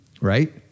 Right